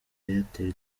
airtel